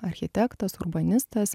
architektas urbanistas